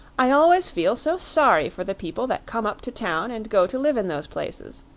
i always feel so sorry for the people that come up to town and go to live in those places,